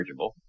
rechargeable